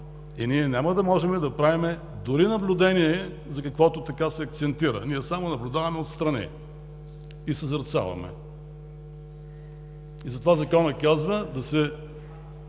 и ние няма да можем да правим дори наблюдение, за каквото така се акцентира. Ние само наблюдаваме отстрани и съзерцаваме. Законът казва: „Да се